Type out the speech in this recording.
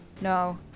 No